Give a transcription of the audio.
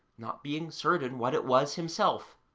not being certain what it was himself.